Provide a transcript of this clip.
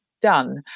done